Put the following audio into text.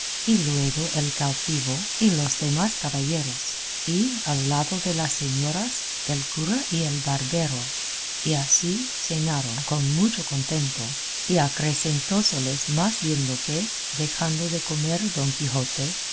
y luego el cautivo y los demás caballeros y al lado de las señoras el cura y el barbero y así cenaron con mucho contento y acrecentóseles más viendo que dejando de comer don quijote